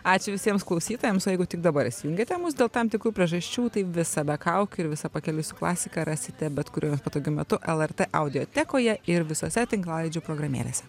ačiū visiems klausytojams o jeigu tik dabar įsijungėte mus dėl tam tikrų priežasčių tai visą be kaukių ir visą pakeliui su klasika rasite bet kuriuo patogiu metu lrt audiotekoje ir visose tinklalaidžių programėlėse